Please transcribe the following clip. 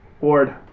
Ward